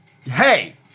Hey